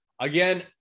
again